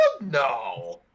No